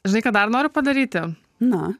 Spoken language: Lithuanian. žinai ką dar noriu padaryti na